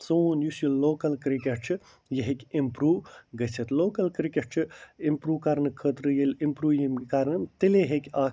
سون یُس یہِ لوکل کِرکٹ چھُ یہِ ہیٚکہِ اِمپرٛوٗ گٔژھتھ لوکل کِرکٹ چھُ اِمپرٛوٗ کرنہٕ خٲطرٕ ییٚلہِ اِمپرٛوٗ یِنۍ کرنہٕ تیٚلے ہیٚکہِ اَکھ